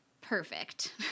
perfect